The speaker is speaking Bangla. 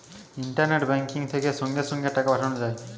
ইন্টারনেট বেংকিং থেকে সঙ্গে সঙ্গে টাকা পাঠানো যায়